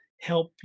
help